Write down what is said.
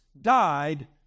died